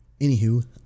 Anywho